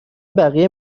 بقیه